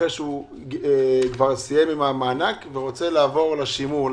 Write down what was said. אחרי שסיים כבר עם המענק ורוצה לעבור לשימור.